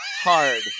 hard